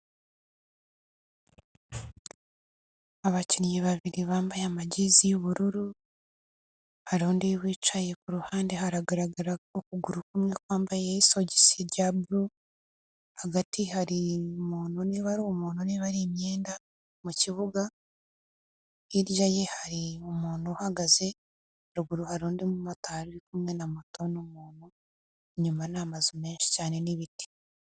Abakinnyi babiri bambaye amajezi y'ubururu, hari undi wicaye ku ruhande, haragaragara ko ukuguru kumwe kwambaye isogisi rya buru, hagati hari umuntu, niba ari umuntu niba ari imyenda mu kibuga, hirya ye hari umuntu uhagaze, ruguru hari undi mumotari uri kumwe na moto, n'umuntu, inyuma ni amazu menshi cyane n'ibiti.